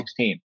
2016